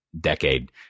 decade